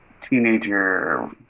teenager